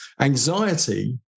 Anxiety